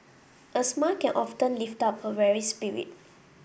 a smile can often lift up a weary spirit